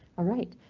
alright,